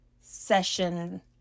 session